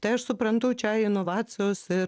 tai aš suprantu čia inovacijos ir